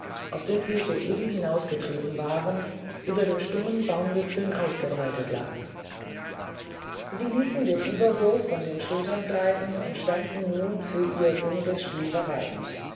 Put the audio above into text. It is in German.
aus dem sie soeben hinausgetreten waren über den stummen baumwipfeln ausgebreitet lag sie ließen den überwurf von der schulter gleiten und standen nun für ihr sinniges spiel bereit